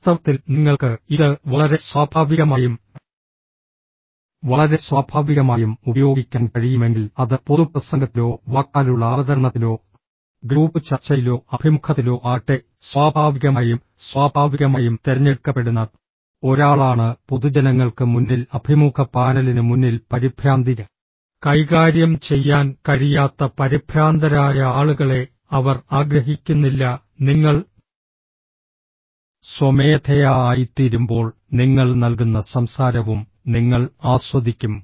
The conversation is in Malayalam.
വാസ്തവത്തിൽ നിങ്ങൾക്ക് ഇത് വളരെ സ്വാഭാവികമായും വളരെ സ്വാഭാവികമായും ഉപയോഗിക്കാൻ കഴിയുമെങ്കിൽ അത് പൊതുപ്രസംഗത്തിലോ വാക്കാലുള്ള അവതരണത്തിലോ ഗ്രൂപ്പ് ചർച്ചയിലോ അഭിമുഖത്തിലോ ആകട്ടെ സ്വാഭാവികമായും സ്വാഭാവികമായും തിരഞ്ഞെടുക്കപ്പെടുന്ന ഒരാളാണ് പൊതുജനങ്ങൾക്ക് മുന്നിൽ അഭിമുഖ പാനലിന് മുന്നിൽ പരിഭ്രാന്തി കൈകാര്യം ചെയ്യാൻ കഴിയാത്ത പരിഭ്രാന്തരായ ആളുകളെ അവർ ആഗ്രഹിക്കുന്നില്ല നിങ്ങൾ സ്വമേധയാ ആയിത്തീരുമ്പോൾ നിങ്ങൾ നൽകുന്ന സംസാരവും നിങ്ങൾ ആസ്വദിക്കും